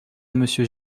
monsieur